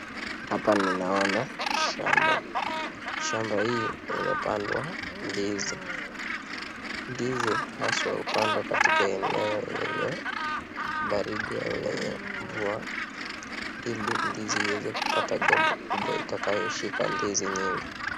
Hapa ninaona shamba shamba hii imepanda ndizi ndizi haswa hupandwa katika eneo yenye baridi au yenye mvua ili ndizi iweze kupata gomba kubwa itakayo shika ndizi mingi.